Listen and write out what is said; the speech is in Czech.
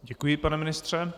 Děkuji, pane ministře.